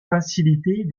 faciliter